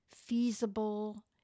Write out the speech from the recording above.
feasible